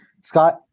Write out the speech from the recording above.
Scott